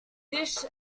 dish